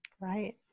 Right